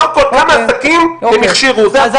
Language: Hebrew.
כמה עסקים הם הכשירו, זה הכול.